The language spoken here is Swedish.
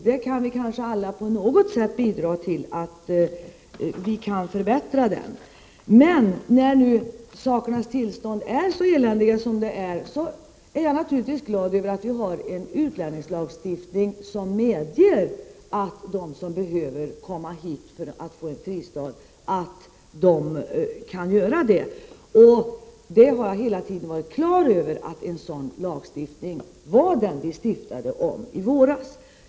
Vi alla kanske kan bidra på något sätt till att förbättra världen. När nu sakernas tillstånd är så eländiga är jag naturligtvis glad över att vi har en utlänningslagstiftning som medger att de som behöver komma hit för att få en fristad kan göra det. Jag har hela tiden varit på det klara med att det var en sådan lagstiftning vi stiftade i våras.